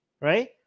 right